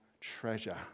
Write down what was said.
treasure